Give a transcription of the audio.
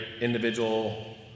individual